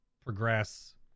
progress